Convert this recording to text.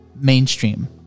mainstream